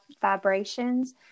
vibrations